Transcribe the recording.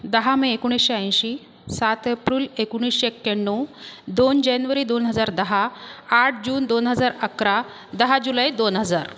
दहा मे एकोणीसशे ऐंशी सात एप्रूल एकोणीसशे एक्याण्णव दोन जेनवरी दोन हजार दहा आठ जून दोन हजार अकरा दहा जुलै दोन हजार